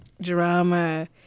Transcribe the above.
drama